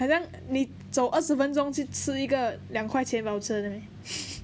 很像你走二十分钟去吃一个两块钱 voucher 的 meh